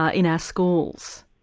ah in our schools?